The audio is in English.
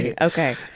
Okay